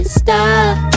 stop